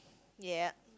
ya